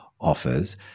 offers